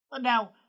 Now